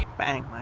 bang,